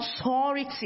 authority